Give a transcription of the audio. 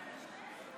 זו אושרה,